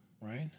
right